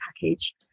package